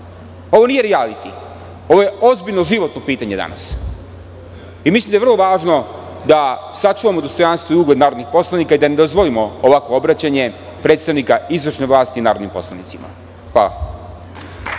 Ovo nije rijaliti. Ovo je ozbiljno životno pitanje danas. Mislim da je vrlo važno da sačuvamo dostojanstvo i ugled narodnih poslanika i da ne dozvolimo ovakvo obraćanje predstavnika izvršne vlasti narodnim poslanicima. Hvala.